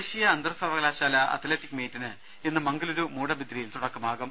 ദേശീയ അന്തർ സർവകലാശാല അത്ലറ്റിക് മീറ്റിന് ഇന്ന് മംഗ ലുരു മൂഡബിദ്രിയിൽ തുടക്കമാകും